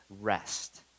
rest